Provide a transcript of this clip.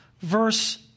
verse